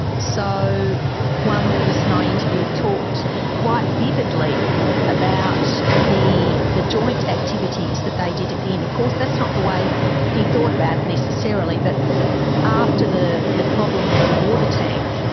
so one person i interviewed talked quite vividly about the the joint activities that they did at the end. of course, that's not the way he thought about it and necessarily. but after the the problem with the water tank,